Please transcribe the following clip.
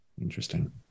Interesting